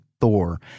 Thor